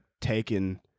taken